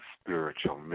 spiritual